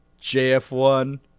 JF1